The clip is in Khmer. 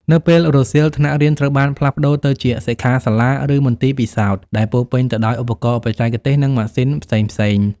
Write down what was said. នៅពេលរសៀល ថ្នាក់រៀនត្រូវបានផ្លាស់ប្តូរទៅជាសិក្ខាសាលាឬមន្ទីរពិសោធន៍ដែលពោរពេញទៅដោយឧបករណ៍បច្ចេកទេស និងម៉ាស៊ីនផ្សេងៗ។